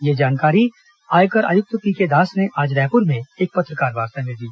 यह जानकारी आयकर आयुक्त पीके दास ने आज रायपुर में एक पत्रकारवार्ता में दी